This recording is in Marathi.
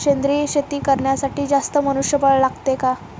सेंद्रिय शेती करण्यासाठी जास्त मनुष्यबळ लागते का?